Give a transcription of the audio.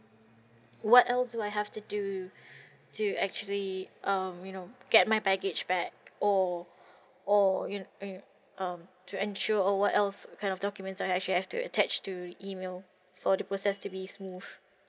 what else do I have to do to actually um you know get my baggage back or or you you um to ensure or what else kind of documents that I actually have to attach to the email for the process to be smooth